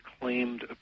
claimed